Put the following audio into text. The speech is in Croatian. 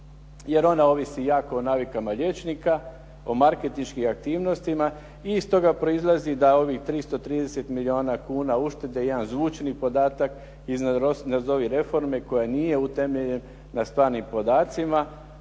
jer ona ovisi jako o navikama liječnika, o marketinškim aktivnostima i iz toga proizlazi da ovih 330 milijuna kuna uštede jedan zvučni podatak iz nazovi reforme koja nije utemeljena na stvarnim podacima,